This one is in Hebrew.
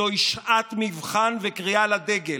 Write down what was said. זוהי שעת מבחן וקריאה לדגל.